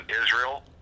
Israel